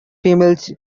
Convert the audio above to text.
females